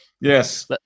Yes